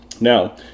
Now